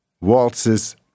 waltzes